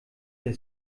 der